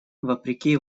вопреки